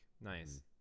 nice